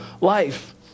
life